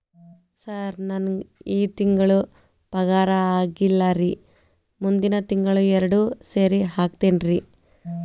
sir ನಂಗ ಈ ತಿಂಗಳು ಪಗಾರ ಆಗಿಲ್ಲಾರಿ ಮುಂದಿನ ತಿಂಗಳು ಎರಡು ಸೇರಿ ಹಾಕತೇನ್ರಿ